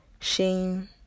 shame